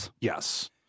Yes